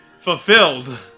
fulfilled